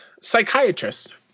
Psychiatrist